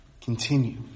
continue